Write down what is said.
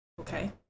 Okay